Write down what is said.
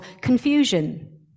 confusion